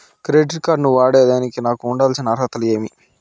Credit card ను వాడేదానికి నాకు ఉండాల్సిన అర్హతలు ఏమి?